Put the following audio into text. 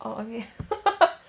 orh okay